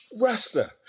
Rasta